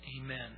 Amen